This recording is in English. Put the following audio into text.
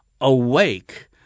awake